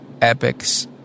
epics